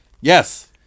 Yes